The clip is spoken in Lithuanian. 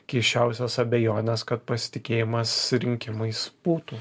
keisčiausios abejones kad pasitikėjimas rinkimais būtų